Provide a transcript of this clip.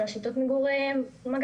המגע.